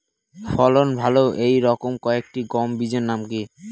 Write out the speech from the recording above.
ফলন ভালো এই রকম কয়েকটি গম বীজের নাম কি?